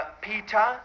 Peter